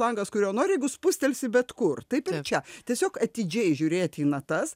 langas kurio nori jeigu spustelsi bet kur taip čia tiesiog atidžiai žiūrėti į natas